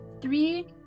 three